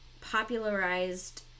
popularized